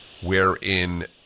wherein